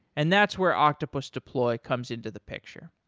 and that's where octopus deploy comes into the picture.